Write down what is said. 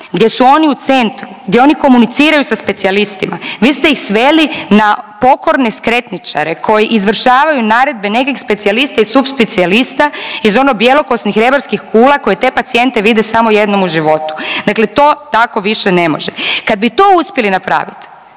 gdje su oni u centru, gdje oni komuniciraju sa specijalistima. Vi ste ih sveli na pokorne skretničare koji izvršavaju naredbe nekih specijalista i subspecijalista iz ono bjelokosnih rebarskih kula koji te pacijente vide samo jednom u životu. Dakle, to tako više ne može. Kad bi to uspjeli napraviti,